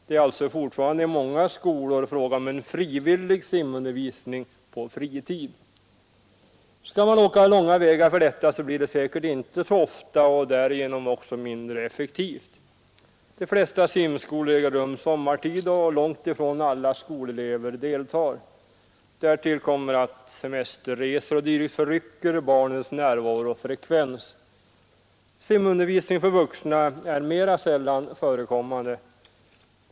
Det är alltså fortfarande i många skolor fråga om en frivillig simundervisning på fritid. Skall man resa långa vägar för att deltaga i den undervisningen blir det säkert inte så ofta, och därigenom blir effektiviteten också mindre. De flesta simskolor äger rum sommartid, och långt ifrån alla skolelever deltar. Härtill kommer att semesterresor o.d. förrycker barnens närvarofrekvens. Simundervisning för vuxna är mera sällan förekommande.